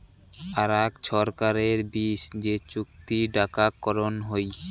আরাক ছরকারের বিচ যে চুক্তি ডাকাক করং হই